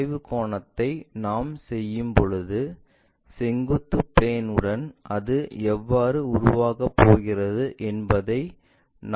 சாய்வு கோணத்தை நாம் செய்யும்போது செங்குத்து பிளேன்உடன் அது எவ்வாறு உருவாகப் போகிறது என்பதை நாம் உணர முடியும்